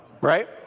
right